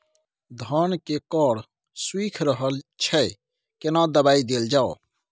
धान के कॉर सुइख रहल छैय केना दवाई देल जाऊ?